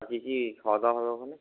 কী কী খাওয়াদাওয়া হবে ওখানে